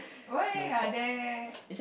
why are there